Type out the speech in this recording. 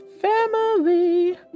family